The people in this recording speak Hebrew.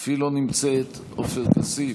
אף היא לא נמצאת, עופר כסיף,